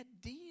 deal